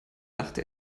dachte